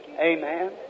Amen